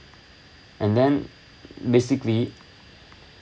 and then basically